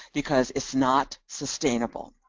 because it's not sustainable,